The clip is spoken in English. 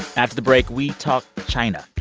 after the break, we talk china.